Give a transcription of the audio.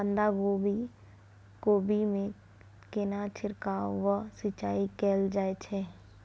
बंधागोभी कोबी मे केना छिरकाव व सिंचाई कैल जाय छै?